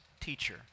teacher